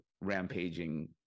rampaging